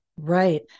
Right